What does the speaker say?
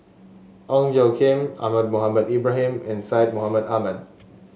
Ong Tjoe Kim Ahmad Mohamed Ibrahim and Syed Mohamed Ahmed